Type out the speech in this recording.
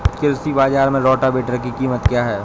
कृषि बाजार में रोटावेटर की कीमत क्या है?